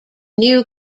new